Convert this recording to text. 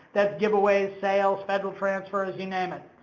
that's giveaways, sales, federal transfers, you name it.